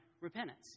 repentance